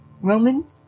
Roman